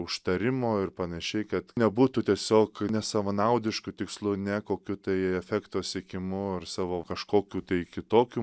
užtarimo ir panaši kad nebūtų tiesiog nesavanaudišku tikslu ne kokiu tai efekto siekimu ar savo kažkokiu tai kitokiu